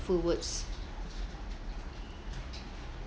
hurtful words